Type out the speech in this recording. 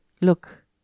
Look